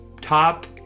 top